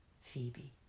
Phoebe